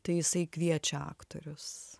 tai jisai kviečia aktorius